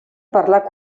parlar